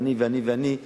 ו"אני ואני ואני",